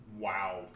Wow